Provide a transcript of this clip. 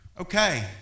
Okay